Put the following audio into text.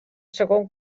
segon